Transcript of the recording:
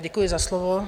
Děkuji za slovo.